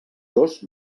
dos